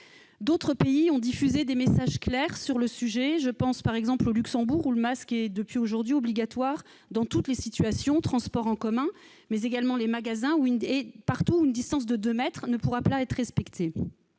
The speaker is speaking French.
D'autres pays ont diffusé des messages clairs à ce sujet. Je pense par exemple au Luxembourg, où le masque est depuis aujourd'hui obligatoire dans toutes les situations- transports en commun, magasins -, partout où une distance de 2 mètres ne pourra être respectée.